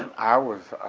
i was,